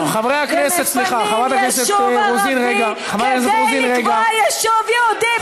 ומפנים יישוב ערבי כדי לקבוע יישוב יהודי במקומו.